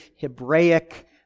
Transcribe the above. Hebraic